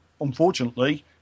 unfortunately